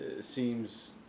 seems